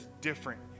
different